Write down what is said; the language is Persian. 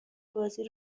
بازی